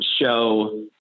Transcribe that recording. show